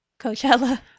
Coachella